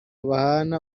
bahana